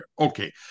Okay